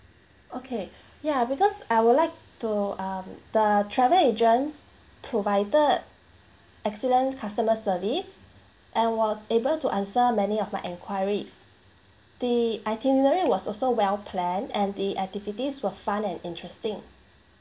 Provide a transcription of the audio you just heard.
okay ya because I would like to um the travel agent provided excellent customer service and was able to answer many of my enquiries the itinerary was also well planned and the activities were fun and interesting